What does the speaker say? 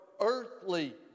earthly